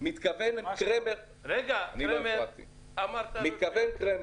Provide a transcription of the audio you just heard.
כי אמרנו בחינה ראשונה מיומיים עד